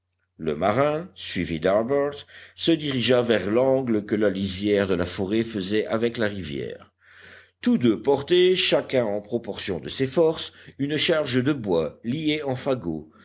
le marin suivi d'harbert se dirigea vers l'angle que la lisière de la forêt faisait avec la rivière tous deux portaient chacun en proportion de ses forces une charge de bois liée en fagots